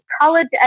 college